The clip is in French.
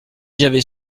j’avais